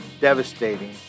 devastating